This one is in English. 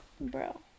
Bro